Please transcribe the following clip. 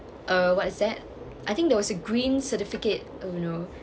uh what is that I think there was a green certificate uh you know